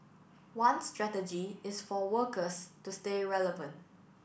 one strategy is for workers to stay relevant